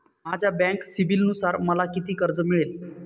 माझ्या बँक सिबिलनुसार मला किती कर्ज मिळेल?